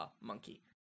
Monkey